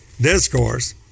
discourse